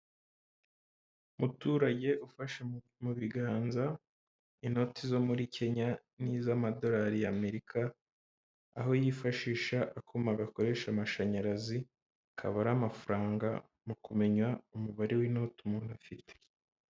Umuturage ufashe mu biganza inoti zo muri Kenya n'iz'amadolari y'Amerika, aho yifashisha akuma gakoresha amashanyarazi kabara amafaranga, mu kumenya umubare w'inoti umuntu afite.